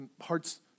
hearts